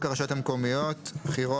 7 לחוק הרשויות המקומיות (בחירות),